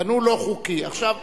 בנו לא חוקי, עכשיו,